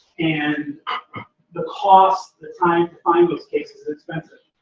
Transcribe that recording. and the cost, the time to find those cases is expensive.